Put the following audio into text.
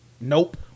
nope